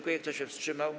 Kto się wstrzymał?